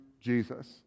Jesus